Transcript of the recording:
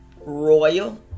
Royal